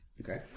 Okay